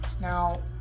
Now